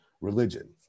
religion